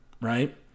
right